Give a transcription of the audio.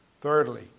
thirdly